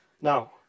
Now